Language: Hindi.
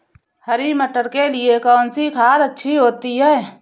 हरी मटर के लिए कौन सी खाद अच्छी होती है?